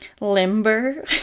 limber